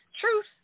Truth